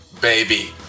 baby